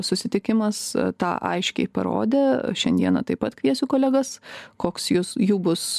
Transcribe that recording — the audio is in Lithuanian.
susitikimas tą aiškiai parodė šiandieną taip pat kviesiu kolegas koks jūs jų bus